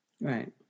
Right